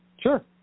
Sure